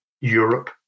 Europe